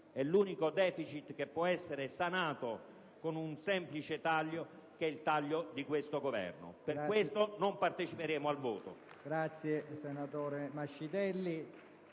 è l'unico deficit che può essere sanato con un semplice taglio: il taglio di questo Governo. Per tale ragione non parteciperemo al voto.